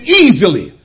easily